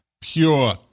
Pure